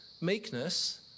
meekness